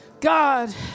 God